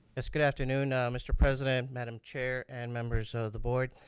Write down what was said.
yes good afternoon mr. president, madam chair and members of the board.